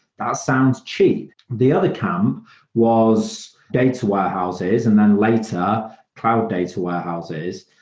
that sounds cheap. the other camp was data warehouses and then later cloud data warehouses,